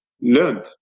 learned